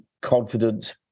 confident